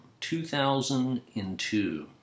2002